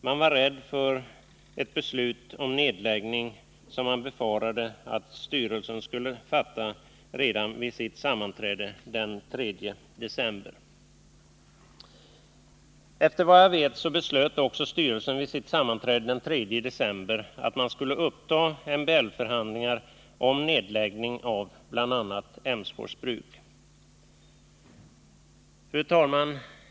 Man var rädd för ett beslut om nedläggning, som man befarade att styrelsen skulle fatta redan vid sitt sammanträde den 3 december. Efter vad jag vet beslöt också styrelsen vid sitt sammanträde den 3 december att man skulle uppta MBL-förhandlingar om nedläggning av bl.a. Emsfors bruk. Fru talman!